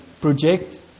project